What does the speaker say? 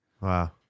Wow